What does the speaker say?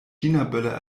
chinaböller